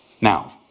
Now